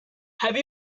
have